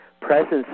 presence